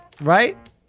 Right